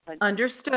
Understood